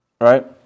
Right